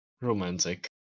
romantic